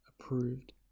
approved